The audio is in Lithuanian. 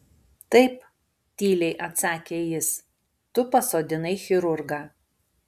taip tyliai atsakė jis tu pasodinai chirurgą